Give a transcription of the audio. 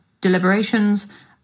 deliberations